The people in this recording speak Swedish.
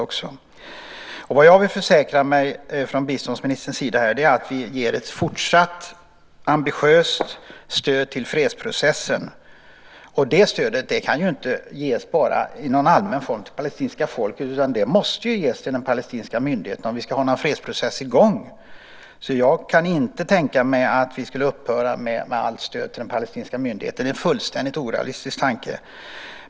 Det jag vill försäkra mig om från biståndsministerns sida är att vi ger ett fortsatt ambitiöst stöd till fredsprocessen. Det stödet kan inte bara ges i någon allmän form till det palestinska folket, utan om vi ska ha en fredsprocess i gång måste det ges till den palestinska myndigheten. Jag kan därför inte tänka mig att vi skulle upphöra med allt stöd till den palestinska myndigheten. Det är en fullständigt orealistisk tanke.